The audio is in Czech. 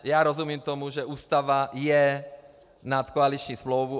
Já rozumím tomu, že Ústava je nad koaliční smlouvu.